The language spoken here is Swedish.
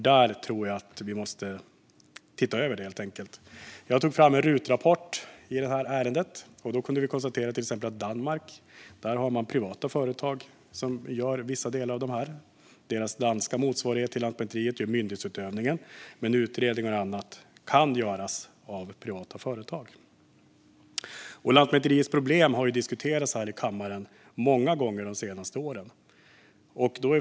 Jag tror att vi helt enkelt måste se över detta. Jag tog fram en rapport från riksdagens utredningstjänst i detta ärende. Där framgår att man i till exempel Danmark har privata företag som gör vissa delar av detta. Den danska motsvarigheten till Lantmäteriet gör myndighetsutövningen. Men utredningar och annat kan göras av privata företag. Lantmäteriets problem har diskuterats här i kammaren många gånger de senaste åren.